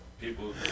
people